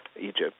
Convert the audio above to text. Egypt